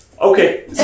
okay